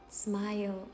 Smile